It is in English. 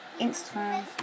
Instagram